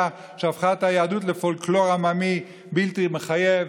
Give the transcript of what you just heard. שהפכה את היהדות לפולקלור עממי בלתי מחייב.